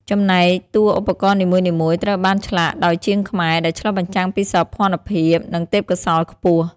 ចំណែកតួឧបករណ៍នីមួយៗត្រូវបានឆ្លាក់ដោយជាងខ្មែរ ដែលឆ្លុះបញ្ចាំងពីសោភណភាព និងទេពកោសល្យខ្ពស់។